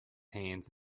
hands